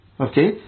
Okay